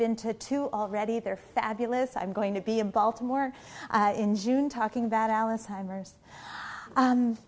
been to two already they're fabulous i'm going to be in baltimore in june talking about alice timers